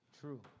True